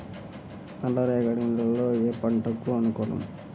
నల్ల రేగడి నేలలు ఏ పంటకు అనుకూలం?